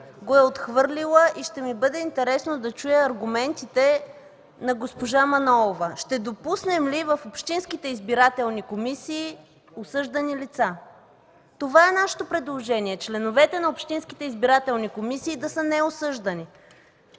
го е отхвърлила. Ще ми бъде интересно да чуя аргументите на госпожа Манолова. (Реплика от докладчика Мая Манолова.) Ще допуснем ли в общинските избирателни комисии осъждани лица? Това е нашето предложение – членовете на общинските избирателни комисии да са неосъждани.